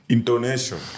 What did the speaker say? Intonation